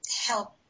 help